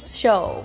show